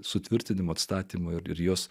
sutvirtinimo atstatymo ir jos